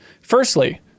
Firstly